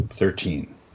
Thirteen